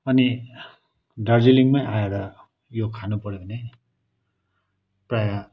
अनि दार्जिलिङमै आएर यो खानुपऱ्यो भने प्राय